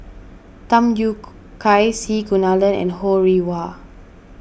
Tham Yui Kai C Kunalan and Ho Rih Hwa